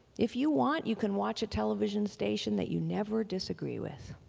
if you want, you can watch a television station that you never disagree with.